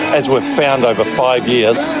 as we've found over five years,